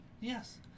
Yes